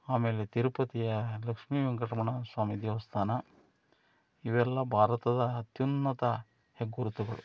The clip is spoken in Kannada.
ಆಮೇಲೆ ತಿರುಪತಿಯ ಲಕ್ಷ್ಮೀವೆಂಕಟರಮಣ ಸ್ವಾಮಿ ದೇವಸ್ಥಾನ ಇವೆಲ್ಲ ಭಾರತದ ಅತ್ಯುನ್ನತ ಹೆಗ್ಗುರುತುಗಳು